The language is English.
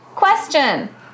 question